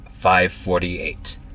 548